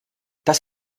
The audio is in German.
das